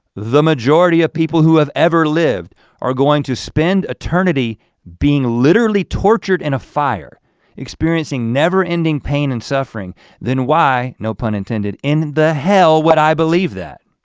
the majority of people who have ever lived are going to spend eternity being literally tortured in a fire experiencing never-ending pain and suffering then why, no pun intended, in the hell would i believe that?